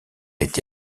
été